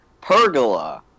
pergola